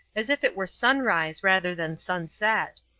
as if it were sunrise rather than sunset.